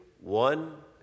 one